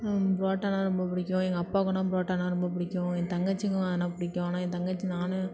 பரோட்டானா ரொம்ப பிடிக்கும் எங்கள் அப்பாவுக்கு ஆனால் பரோட்டானா ரொம்ப பிடிக்கும் என் தங்கச்சிக்கும் ஆனால் பிடிக்கும் ஆனால் என் தங்கச்சி நானும்